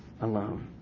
alone